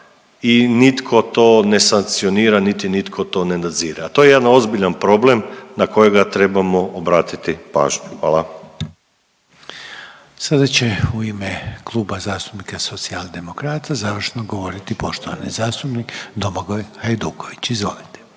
i nitko to ne sankcionira niti nitko to ne nadzire, a to je jedan ozbiljan problem na kojega trebamo obratiti pažnju. Hvala. **Reiner, Željko (HDZ)** Sada će u ime Kluba zastupnika Socijaldemokrata govoriti poštovani zastupnik Domagoj Hajduković, izvolite.